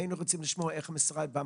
היינו רוצים לשמוע איך המשרד -- בפעם